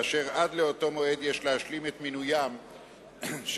ועד לאותו מועד יש להשלים את מינוים של